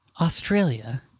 Australia